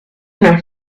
una